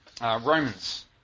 Romans